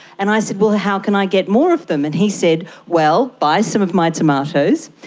and i said, well, how can i get more of them? and he said, well, buy some of my tomatoes,